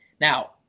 Now